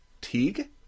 Teague